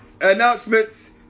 Announcements